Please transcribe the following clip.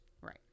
Right